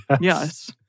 Yes